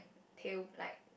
pale like